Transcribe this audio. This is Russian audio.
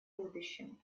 будущем